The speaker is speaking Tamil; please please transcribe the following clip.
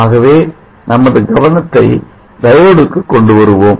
ஆகவே நமது கவனத்தை டயோட் க்கு கொண்டு வருவோம்